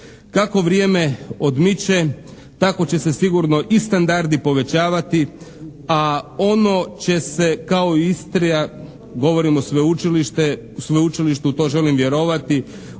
Kako vrijeme odmiče, tako će se sigurno i standardi povećavati, a ono će se kao Istra, govorim o sveučilištu, u to želim vjerovati,